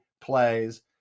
plays